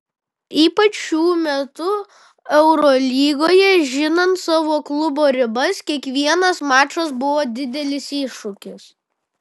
ypač šių metų eurolygoje žinant savo klubo ribas kiekvienas mačas buvo didelis iššūkis